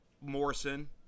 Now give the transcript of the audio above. Morrison